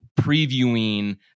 previewing